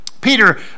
Peter